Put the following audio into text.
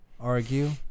argue